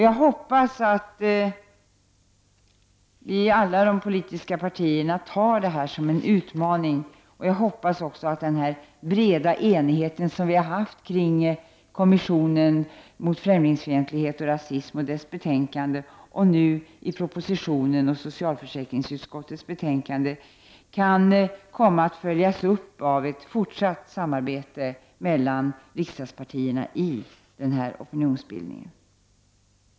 Jag hoppas att alla de politiska partierna tar detta som en utmaning, och jag hoppas också att denna enighet som vi haft kring kommissionen mot främlingsfientlighet och rasism och dess betänkande, och nu propositionen och socialförsäkringsutskottets betänkande, kan komma att följas av ett fortsatt samarbete mellan riksdagspartierna i den här opinionsbildningen.